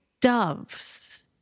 Doves